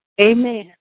Amen